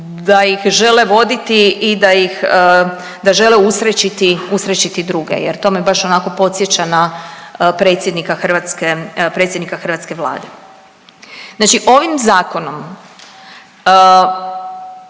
da ih žele voditi i da žele usrećiti druge, jer to me baš onako podsjeća na predsjednika hrvatske Vlade. Znači ovim zakonom